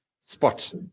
spot